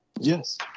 Yes